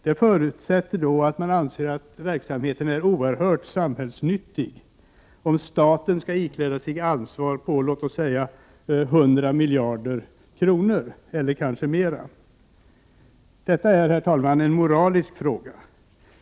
Det förutsätter då, om staten skall ikläda sig ansvar upp till 100 miljarder kronor eller kanske mer, att man anser att verksamheten är oerhört samhällsnyttig. Herr talman! Detta är en moralisk fråga.